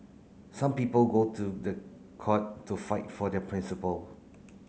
some people go to the court to fight for their principle